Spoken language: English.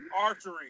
archery